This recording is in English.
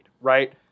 right